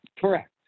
Correct